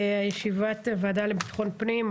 ישיבת הוועדה לביטחון פנים.